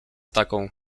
taką